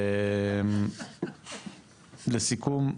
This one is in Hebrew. לסיכום,